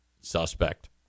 suspect